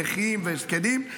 נכים וזקנים,